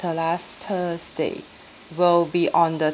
the last thursday will be on the